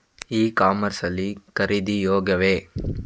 E commerce ಲ್ಲಿ ಖರೀದಿ ಯೋಗ್ಯವೇ?